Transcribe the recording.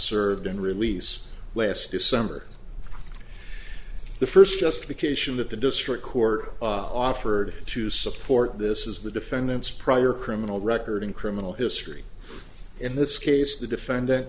served and release yes last december the first justification that the district court offered to support this is the defendant's prior criminal record in criminal history in this case the defendant